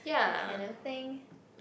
they cannot think